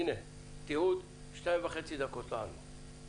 הנה, תיעוד - 2.5 דקות ומה?